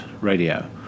radio